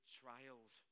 trials